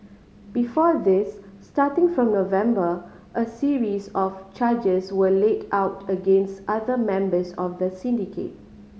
before this starting from November a series of charges were laid out against other members of the syndicate